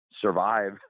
survive